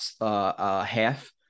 half